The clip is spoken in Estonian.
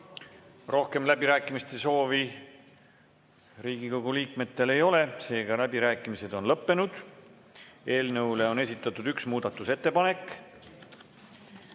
Rohkem läbirääkimiste soovi Riigikogu liikmetel ei ole, seega on läbirääkimised lõppenud. Eelnõu kohta on esitatud üks muudatusettepanek.